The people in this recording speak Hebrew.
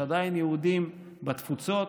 יש עדיין יהודים בתפוצות,